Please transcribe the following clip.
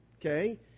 okay